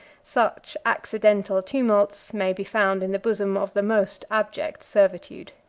such accidental tumults may be found in the bosom of the most abject servitude.